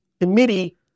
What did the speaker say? committee